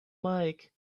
mike